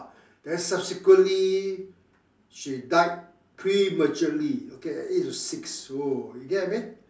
then subsequently she died prematurely okay at the age of six oh you get what I mean